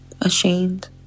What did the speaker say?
ashamed